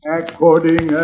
according